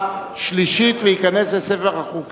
31 בעד, אחד נגד, אין נמנעים.